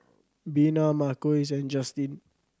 Bina Marquise and Justine